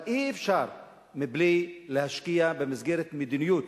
אבל אי-אפשר בלי להשקיע במסגרת מדיניות